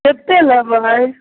कतेक लेबै